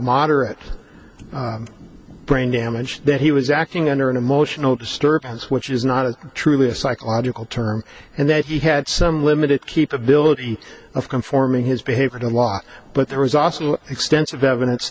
moderate brain damage that he was acting under an emotional disturbance which is not a truly a psychological term and that he had some limited keep ability of conforming his behavior to law but there was also extensive evidence